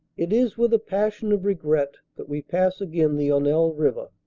it is with a passion of regret that we pass again the honelle river.